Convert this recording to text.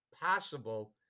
possible